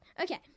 Okay